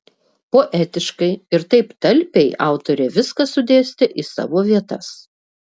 poetiškai ir taip talpiai autorė viską sudėstė į savo vietas